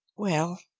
well,